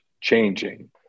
changing